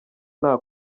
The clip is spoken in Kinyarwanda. nta